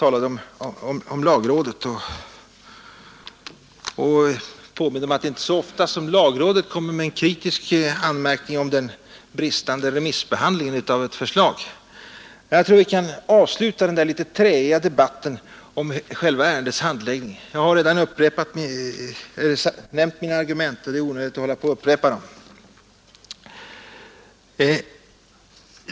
Han talade om lagrådet och påminde om att det inte är så ofta som lagrådet kommer med en kritik mot bristande remissbehandling av ett förslag. Jag tror vi kan avsluta den där litet träiga debatten om själva handläggningen av ärendet. Jag har redan nämnt mina argument, och det är onödigt att jag upprepar dem.